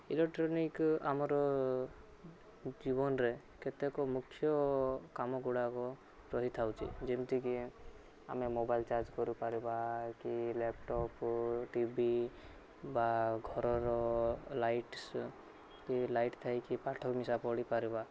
electronic ଆମର ଜୀବନରେ କେତେକ ମୁଖ୍ୟ କାମଗୁଡ଼ାକ ରହିଥାଉଛି ଯେମିତିକି ଆମେ ମୋବାଇଲ୍ ଚାର୍ଜ କରିପାରିବା କି ଲାପ୍ଟପ୍ ଟି ଭି ବା ଘରର ଲାଇଟ୍ସ କି ଲାଇଟ୍ ଥାଇକି ପାଠ ହମିଶା ପଢ଼ିପାରିବା